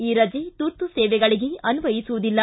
ಈ ರಜೆ ತುರ್ತು ಸೇವೆಗಳಿಗೆ ಅನ್ವಯಿಸುವುದಿಲ್ಲ